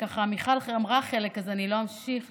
מיכל אמרה חלק אז אני לא אמשיך.